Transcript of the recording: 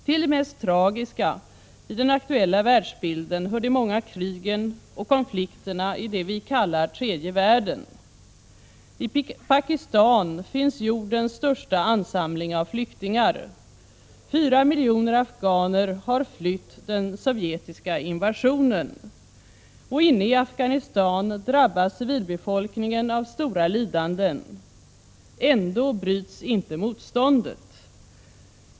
Till det mest tragiska i den aktuella världsbilden hör de många krigen och konflikterna i det vi kallar tredje världen. I Pakistan finns jordens största ansamling av flyktingar. Fyra miljoner afghaner har flytt den sovjetiska invasionen. Inne i Afghanistan drabbas civilbefolkningen av stora lidanden. Ändå bryts inte motståndet.